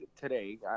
today